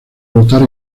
votar